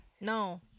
No